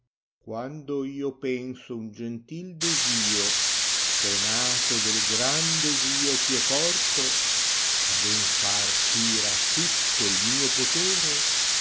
quando io penso un gentil desio eh è nato del gran desio ch'io porto gh a ben far tira tutto mio potere